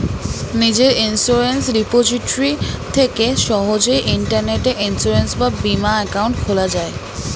নিজের insurance repository থেকে সহজেই ইন্টারনেটে ইন্সুরেন্স বা বীমা অ্যাকাউন্ট খোলা যায়